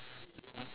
the cloud